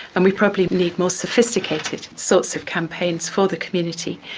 and we probably need more sophisticated sorts of campaigns for the community,